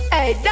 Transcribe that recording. Hey